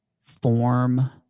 form